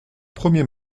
premier